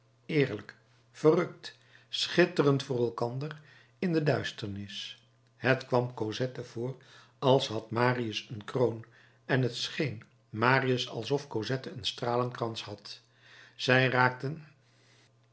eerlijk verrukt schitterend voor elkander in de duisternis het kwam cosette voor als had marius een kroon en het scheen marius alsof cosette een stralenkrans had zij raakten